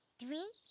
three,